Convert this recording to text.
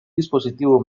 dispositivo